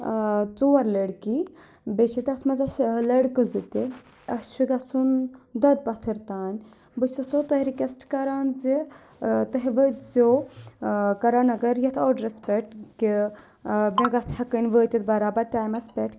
ژور لٔڑکی بیٚیہِ چھِ تَتھ منٛز اَسہِ لڑکہٕ ذٕ تہِ اَسہِ چھُ گژھُن دۄد پَتھٕر تانۍ بہٕ چھَ سو تۄہہِ رِکویسٹہٕ کَران زِ تُہۍ وٲتۍ زیو کَرَنَگر یَتھ آڈرَس پؠٹھ کہِ بہٕ گژھٕ ہؠکٕنۍ وٲتِتھ برابر ٹایمَس پؠٹھ